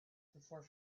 before